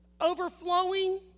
overflowing